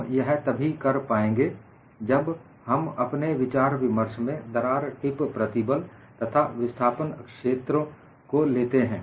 हम यह तभी कर पाएंगे जब हम अपने विचार विमर्श में दरार टिप प्रतिबल तथा विस्थापन क्षेत्रों को लेते है